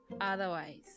otherwise